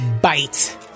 bite